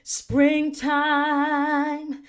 springtime